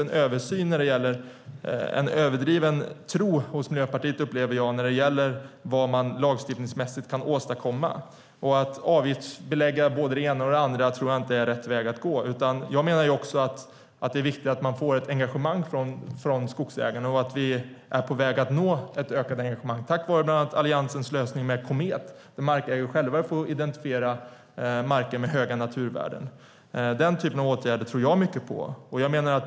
Men jag upplever att det finns en överdriven tro hos Miljöpartiet när det gäller vad man lagstiftningsmässigt kan åstadkomma. Att avgiftsbelägga både det ena och det andra tror jag inte är rätt väg att gå. Det är viktigt att man får ett engagemang från skogsägarna. Vi är på väg att nå ett ökat engagemang tack vare bland annat Alliansens lösning med Komet där markägare själva får identifiera marker med höga värden. Jag tror mycket på den typen av åtgärder.